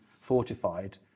fortified